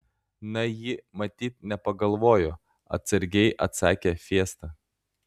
na ji matyt nepagalvojo atsargiai atsakė fiesta